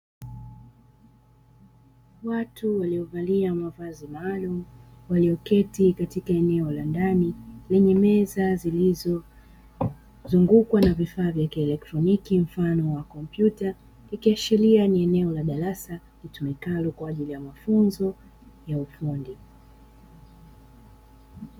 Watu waliovalia mavazi maalumu, walioketi katika eneo la ndani lenye meza zilizozungukwa na vifaa vya kielektroniki mfano wa kompyuta. Ikiashiria ni eneo la darasa litumikalo kwa ajili ya mafunzo ya ufundi.